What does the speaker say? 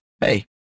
Hey